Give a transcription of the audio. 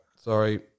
sorry